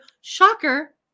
Shocker